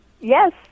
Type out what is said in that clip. Yes